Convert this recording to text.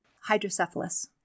hydrocephalus